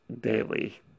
daily